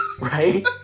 Right